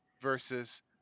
versus